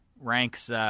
Rank's